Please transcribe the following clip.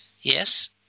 yes